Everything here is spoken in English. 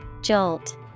jolt